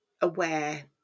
aware